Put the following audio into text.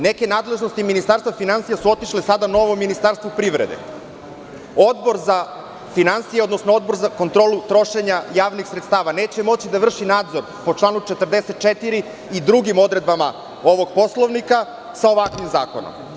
Neke nadležnosti Ministarstva finansija su otišle sada novom Ministarstvu privrede, Odbor za finansije, odnosno Odbor za kontrolu trošenja javnih sredstava neće moći da vrši nadzor po članu 44. i drugim odredbama ovog Poslovnika sa ovakvim zakonom.